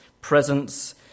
presence